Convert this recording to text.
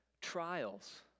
trials